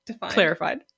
clarified